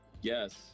Yes